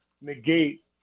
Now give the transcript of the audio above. negate